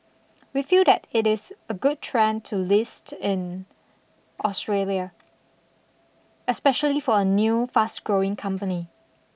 we feel that it is a good trend to list in Australia especially for a new fast growing company